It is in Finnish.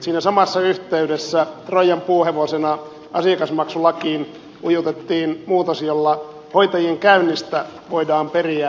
siinä samassa yhteydessä troijan puuhevosena asiakasmaksulakiin ujutettiin muutos jolla hoitajalla käynnistä voidaan periä maksu